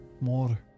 more